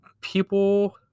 people